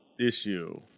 issue